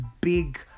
big